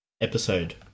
episode